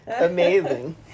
amazing